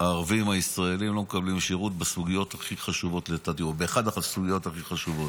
הערבים הישראלים לא מקבלים שירות באחת הסוגיות הכי חשובות.